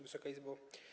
Wysoka Izbo!